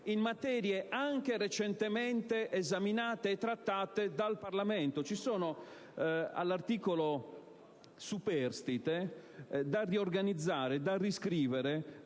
in materie anche recentemente esaminate e trattate dal Parlamento. In base all'articolo superstite ci sono, da riorganizzare e da riscrivere,